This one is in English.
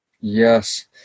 Yes